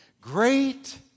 great